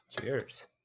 Cheers